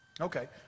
Okay